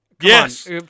Yes